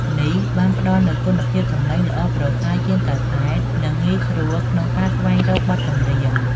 នេះបានផ្ដល់នូវគុណភាពសំឡេងល្អប្រសើរជាងកាសែត និងងាយស្រួលក្នុងការស្វែងរកបទចម្រៀង។